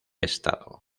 estado